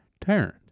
turned